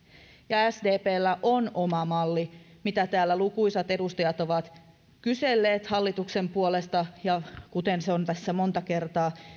ja sdpllä on oma malli mitä täällä lukuisat edustajat ovat kyselleet hallituksen puolesta ja kuten se on tässä monta kertaa